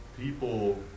people